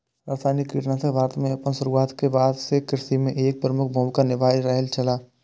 रासायनिक कीटनाशक भारत में आपन शुरुआत के बाद से कृषि में एक प्रमुख भूमिका निभाय रहल छला